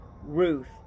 Ruth